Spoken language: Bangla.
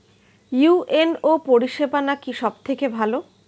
ইউ.এন.ও পরিসেবা নাকি সব থেকে ভালো?